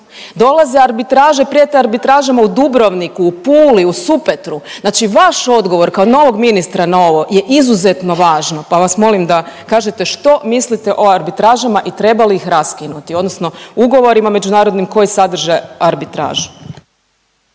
Dolaze arbitraže, prijete arbitražama u Dubrovniku u Puli, u Supetru. Znači, vaš odgovor kao novog ministra na ovo je izuzetno važno, pa vas molim da kažete što mislite o arbitražama i treba li ih raskinuti, odnosno ugovorima međunarodnim koji sadrže arbitražu.